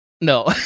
No